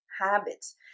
habits